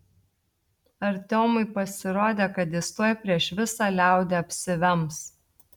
artiomui pasirodė kad jis tuoj prieš visą liaudį apsivems